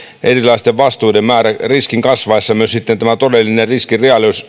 erilaisten vastuiden riskin kasvaessa myös todellinen riskin